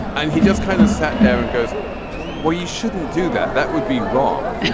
and he just kind of sat there and goes well you shouldn't do that. that would be wrong